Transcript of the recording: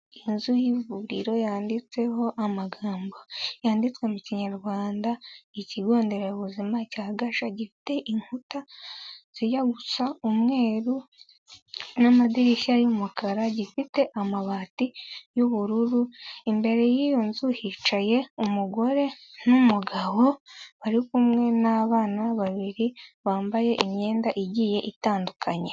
Inzu y'ivuriro yanditseho amagambo yanditswe mu kinyarwanda, ikigo nderabuzima cya Shagasha gifite inkuta zijya gusa umweru n'amadirishya y'umukara, gifite amabati y'ubururu, imbere y'iyo nzu hicaye umugore n'umugabo bari kumwe n'abana babiri bambaye imyenda igiye itandukanye.